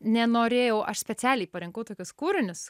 nenorėjau aš specialiai parinkau tokius kūrinius